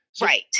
Right